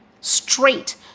straight